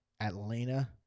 Atlanta